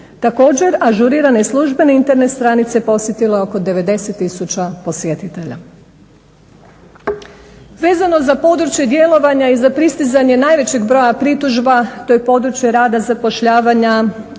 Također, ažurirane službene Internet stranice posjetilo je oko 90 tisuća posjetitelja. Vezano za područje djelovanja i za pristizanje najvećeg broja pritužba to je područje rada zapošljavanja